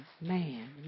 man